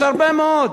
יש הרבה מאוד,